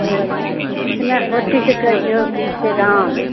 अच्छा इचना पोठीके कहिऔ कि छै दाम